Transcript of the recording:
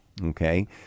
Okay